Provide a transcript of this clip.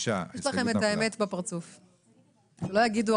5. הצבעה לא אושר